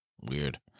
Weird